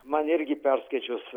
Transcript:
man irgi perskaičius